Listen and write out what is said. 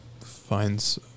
finds